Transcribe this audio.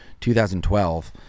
2012